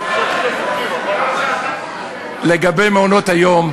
לגבי מעונות-היום,